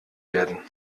werden